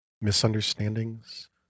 misunderstandings